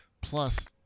plus